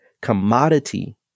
commodity